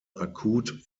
akut